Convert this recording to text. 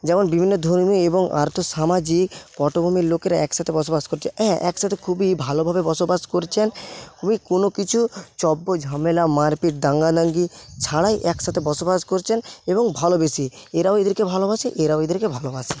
যেমন বিভিন্ন ধর্মীয় এবং আর্থসামাজিক পটভূমির লোকেরা একসাথে বসবাস করছে হ্যাঁ একসাথে খুবই ভালোভাবে বসবাস করছেন কোনো কিছু চব্বো ঝামেলা মারপিট দাঙ্গাদাঙ্গি ছাড়াই একসাথে বসবাস করছেন এবং ভালোবেসে এরাও এদেরকে ভালোবাসে এরাও এদেরকে ভালোবাসে